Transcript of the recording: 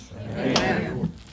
Amen